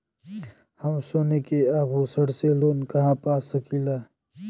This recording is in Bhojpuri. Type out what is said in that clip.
हम सोने के आभूषण से लोन कहा पा सकीला?